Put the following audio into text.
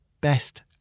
best